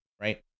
right